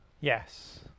Yes